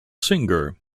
singer